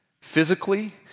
physically